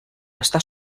està